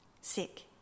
sick